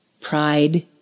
Pride